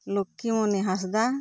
Lukhimuni Hansda